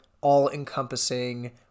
all-encompassing